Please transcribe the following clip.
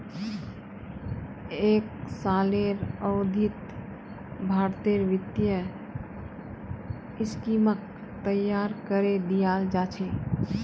एक सालेर अवधित भारतेर वित्तीय स्कीमक तैयार करे दियाल जा छे